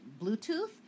Bluetooth